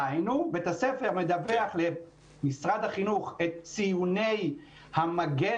בית הספר מדווח למשרד החינוך את ציוני המגן,